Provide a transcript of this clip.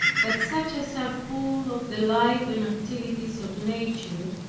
but such as are full of the life and activities of nature,